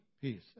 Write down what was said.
peace